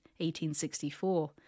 1864